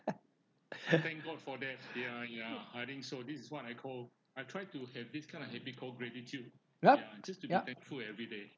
yup yup